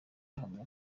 ahamya